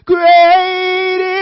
Great